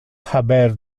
haber